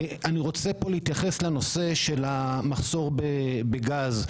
אני רוצה להתייחס לנושא של המחסור בגז,